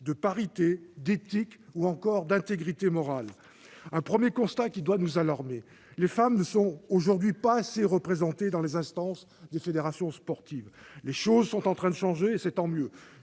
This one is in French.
de parité, d'éthique ou encore d'intégrité morale. Un constat doit nous alarmer : les femmes ne sont pas assez représentées dans les instances des fédérations sportives. Les choses sont en train de changer, et c'est tant mieux.